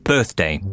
Birthday